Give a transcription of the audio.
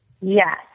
Yes